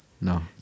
No